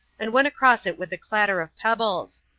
and went across it with a clatter of pebbles.